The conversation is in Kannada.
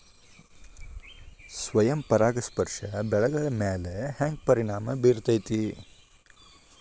ಸ್ವಯಂ ಪರಾಗಸ್ಪರ್ಶ ಬೆಳೆಗಳ ಮ್ಯಾಲ ಹ್ಯಾಂಗ ಪರಿಣಾಮ ಬಿರ್ತೈತ್ರಿ?